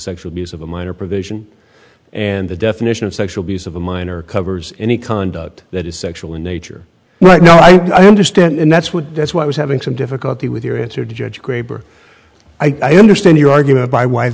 sexual abuse of a minor provision and the definition of sexual abuse of a minor covers any conduct that is sexual in nature right now i understand that's what that's why i was having some difficulty with your answer judge graber i understand your argument by w